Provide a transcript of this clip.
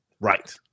Right